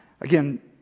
Again